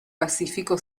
pacífico